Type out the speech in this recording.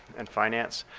and finance.